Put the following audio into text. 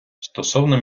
стосовно